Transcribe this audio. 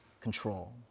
control